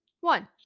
One